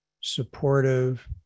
supportive